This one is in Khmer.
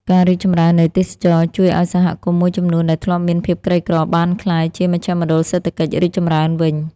ការរីកចម្រើននៃទេសចរណ៍ ជួយឲ្យសហគមន៍មួយចំនួនដែលធ្លាប់មានភាពក្រីក្រ បានក្លាយជាមជ្ឈមណ្ឌលសេដ្ឋកិច្ចរីកចម្រើនវិញ។